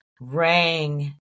rang